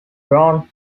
drawn